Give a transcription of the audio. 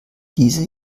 diese